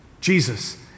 Jesus